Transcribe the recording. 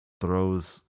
throws